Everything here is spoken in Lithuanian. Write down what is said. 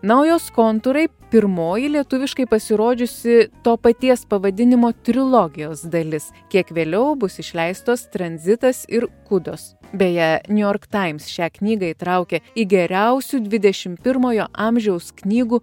na o jos kontūrai pirmoji lietuviškai pasirodžiusi to paties pavadinimo trilogijos dalis kiek vėliau bus išleistos tranzitas ir kudos beje niujork taims šią knygą įtraukė į geriausių dvidešim pirmojo amžiaus knygų